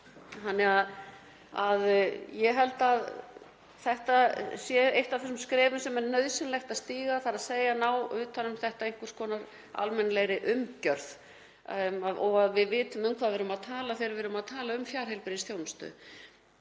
Þannig að ég held að þetta sé eitt af þeim skrefum sem er nauðsynlegt að stíga, þ.e. að ná utan um þetta almennilegri umgjörð og að við vitum um hvað við erum að tala þegar við erum að tala um fjarheilbrigðisþjónustu.